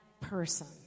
person